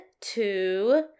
two